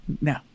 No